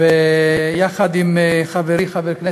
3169, 3197, 3203, 3207 ו-3208.